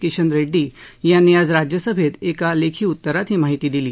किशन रेड्डी यांनी आज राज्यसभेत एका लेखी उत्तरात ही माहिती दिली